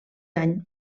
any